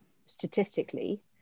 statistically